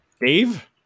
Dave